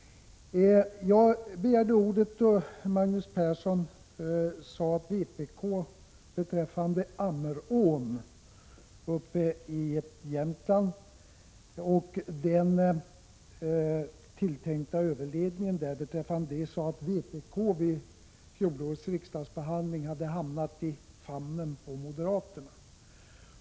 Jag begärde ordet då Magnus Persson sade att vpk beträffande den tilltänkta överledningen av Ammerån uppe i Jämtland vid fjolårets riksdagsbehandling hade hamnat i famnen på moderaterna.